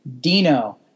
Dino